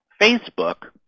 Facebook